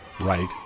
right